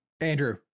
Andrew